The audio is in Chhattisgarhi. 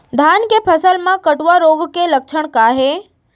धान के फसल मा कटुआ रोग के लक्षण का हे?